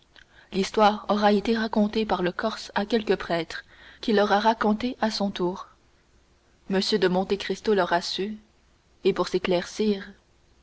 l'histoire aura été racontée par le corse à quelque prêtre qui l'aura racontée à son tour m de monte cristo l'aura sue et pour s'éclaircir